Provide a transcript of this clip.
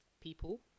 people